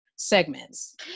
segments